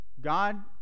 God